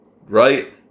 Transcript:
Right